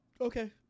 Okay